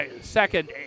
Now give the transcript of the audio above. second